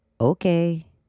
Okay